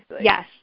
Yes